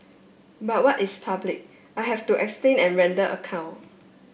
but what is public I have to explain and render account